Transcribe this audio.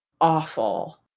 awful